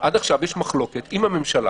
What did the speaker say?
עד עכשיו יש מחלוקת עם הממשלה,